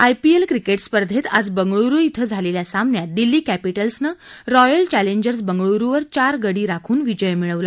IPL cricket स्पर्धेत आज बंगळूरु इथं झालेल्या सामन्यात दिल्ली कॅपिटल्सनं रॉयल चॅलेंजर्स बंगळूरुवर चार गडी राखून विजय मिळवला